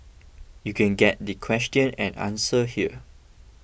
you can get the question and answer here